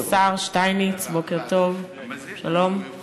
אדוני השר שטייניץ, בוקר טוב, שלום.